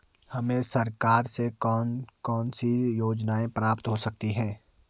हमें सरकार से कौन कौनसी योजनाएँ प्राप्त हो सकती हैं?